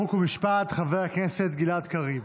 חוק ומשפט חבר הכנסת גלעד קריב.